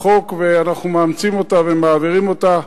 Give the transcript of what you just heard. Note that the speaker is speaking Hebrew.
חוק ואנחנו מאמצים אותה ומעבירים אותה,